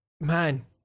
man